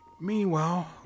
Meanwhile